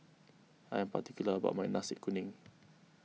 I am particular about my Nasi Kuning